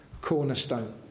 cornerstone